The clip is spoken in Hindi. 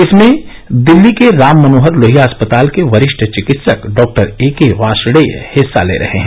इसमें दिल्ली के राममनोहर लोहिया अस्पताल के वरिष्ठ विकित्सक डॉक्टर ए के वार्षणेय हिस्सा ले रहे हैं